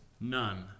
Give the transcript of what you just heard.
none